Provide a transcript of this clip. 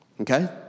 Okay